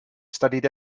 studied